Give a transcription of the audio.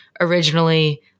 originally